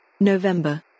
November